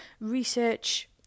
research